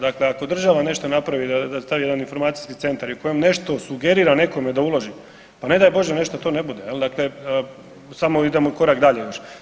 Dakle ako država nešto napravi da taj jedan informacijski centar i kojem nešto sugerira nekome da ulaže, pa ne daj Bože nešto to ne bude, je li, dakle, samo idemo korak dalje još.